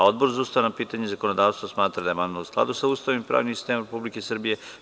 Odbor za ustavna pitanja i zakonodavstvo smatra da je amandman u skladu sa Ustavom i pravnim sistemom Republike Srbije.